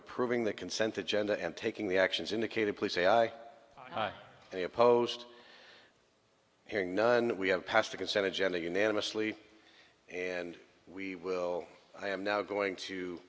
approving the consent agenda and taking the actions indicated please say i they opposed hearing none we have passed a consent agenda unanimously and we will i am now going to